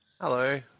Hello